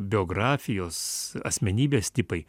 biografijos asmenybės tipai